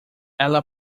ela